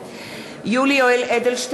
(קוראת בשמות חברי הכנסת) יולי יואל אדלשטיין,